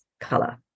color